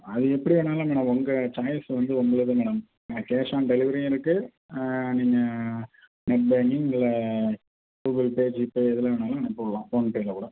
அது எப்படி வேணாலும் மேடம் உங்கள் சாய்ஸ் வந்து உங்களுது மேடம் இங்கே கேஷ் ஆன் டெலிவரியும் இருக்கு நீங்கள் நெட் பேங்கிங்கில் கூகுள் பே ஜிபே எது வேணாலும் அனுப்பி விட்லாம் ஃபோன் பேவில கூட